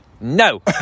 No